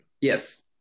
Yes